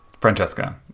Francesca